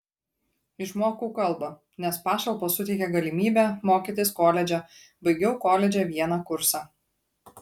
išmokau kalbą nes pašalpos suteikia galimybę mokytis koledže baigiau koledže vieną kursą